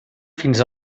fins